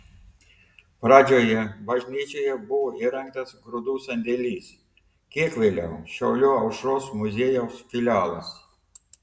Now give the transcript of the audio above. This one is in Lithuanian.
pradžioje bažnyčioje buvo įrengtas grūdų sandėlis kiek vėliau šiaulių aušros muziejaus filialas